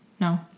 No